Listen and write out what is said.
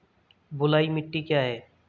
बलुई मिट्टी क्या है?